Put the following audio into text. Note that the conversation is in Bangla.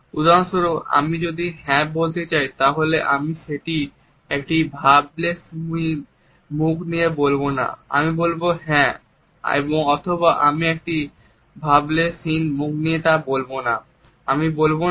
উদাহরণস্বরূপ আমি যদি হ্যাঁ বলতে চাই তাহলে আমি সেটি একটি ভাবলেশহীন মুখ নিয়ে বলবো না